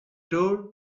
door